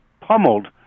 pummeled